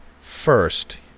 first